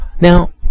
Now